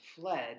fled